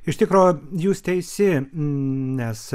iš tikro jūs teisi nes